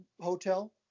hotel